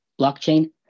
blockchain